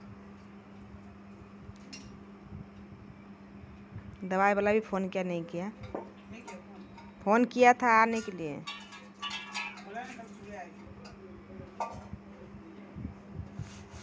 भांग के बीज प्रोटीन आरो फाइबर सॅ भरपूर होय छै